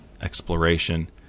exploration